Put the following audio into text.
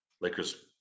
Lakers